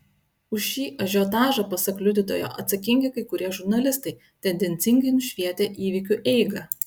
už šį ažiotažą pasak liudytojo atsakingi kai kurie žurnalistai tendencingai nušvietę įvykių eigą